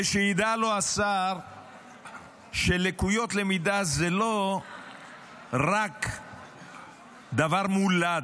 ושידע לו השר שלקויות למידה הן לא רק דבר מולד,